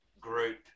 group